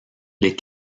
les